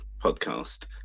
podcast